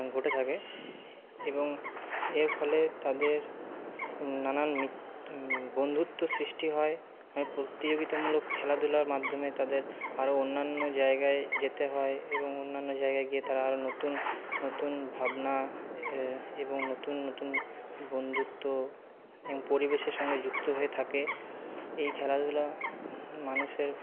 ঘটে থাকে এবং এর ফলে তাদের নানান বন্ধুত্ব সৃষ্টি হয় প্রতিযোগিতামূলক খেলাধুলার মাধ্যমে তাদের আরো অন্যান্য জায়গায় যেতে হয় এবং অন্যান্য জায়গায় গিয়ে তারা আরো নতুন নতুন ভাবনা এবং নতুন নতুন বন্ধুত্ব এবং পরিবেশের সঙ্গে যুক্ত হয়ে থাকে এই খেলাধুলা মানুষের